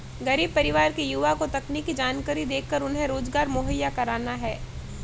गरीब परिवार के युवा को तकनीकी जानकरी देकर उन्हें रोजगार मुहैया कराना है